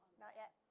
not yet.